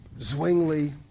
Zwingli